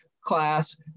class